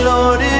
Lord